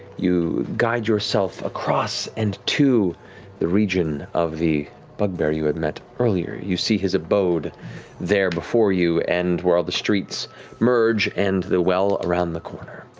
you guide yourself across and to the region of the bugbear you had met earlier. you see his abode there before you, and where all the streets merge and the well around the corner.